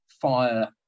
fire